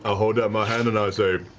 ah hold up my hand and say